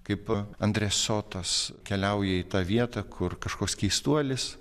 kaip andre sotos keliauja į tą vietą kur kažkoks keistuolis